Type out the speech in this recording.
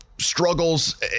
struggles